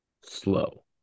slow